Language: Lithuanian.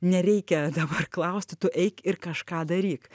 nereikia dabar klausti tu eik ir kažką daryk